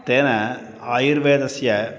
तेन आयुर्वेदस्य